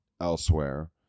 elsewhere